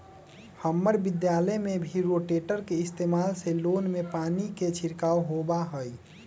हम्मर विद्यालय में भी रोटेटर के इस्तेमाल से लोन में पानी के छिड़काव होबा हई